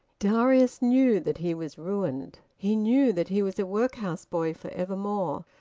darius knew that he was ruined he knew that he was a workhouse boy for evermore,